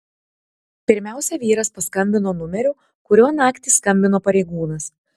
pirmiausia vyras paskambino numeriu kuriuo naktį skambino pareigūnas